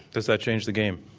does that change the game?